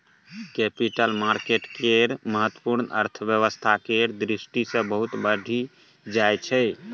capital market केर महत्व अर्थव्यवस्था केर दृष्टि सँ बहुत बढ़ि जाइ छै